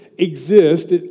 exist